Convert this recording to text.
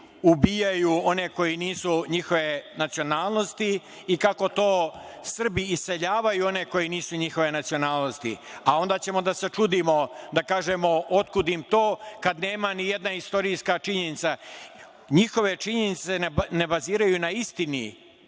ubijaju one koji nisu njihove nacionalnosti i kako to Srbi iseljavaju one koji nisu njihove nacionalnosti. A onda ćemo da se čudimo, da kažemo - otkud im to, kad nema nijedna istorijska činjenica. Njihove činjenice ne baziraju na istini,